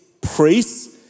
priests